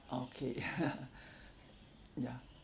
orh okay ya